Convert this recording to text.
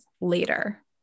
later